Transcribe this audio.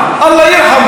"אללה ירחמו".